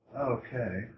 Okay